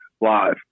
Live